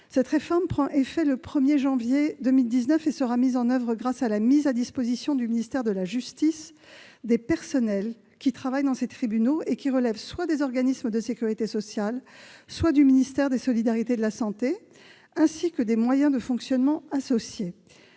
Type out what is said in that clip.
Cette réforme prendra effet le 1 janvier 2019. Son application sera assurée grâce à la mise à disposition du ministère de la justice des personnels qui travaillent dans ces tribunaux et qui relèvent soit des organismes de sécurité sociale, soit du ministère des solidarités et de la santé, ainsi que des moyens de fonctionnement associés.